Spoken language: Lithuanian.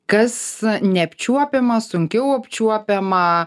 kas neapčiuopiama sunkiau apčiuopiama